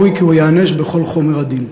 וראוי הוא כי ייענש בכל חומר הדין".